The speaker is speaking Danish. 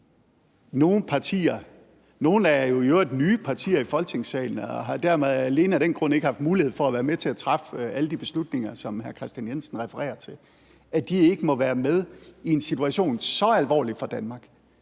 nogle partier – nogle er jo i øvrigt nye partier i Folketingssalen og har dermed alene af den grund ikke haft mulighed for at være med til at træffe alle de beslutninger, som hr. Kristian Jensen refererer til – og altså sige, at de i en situation så alvorlig for Danmark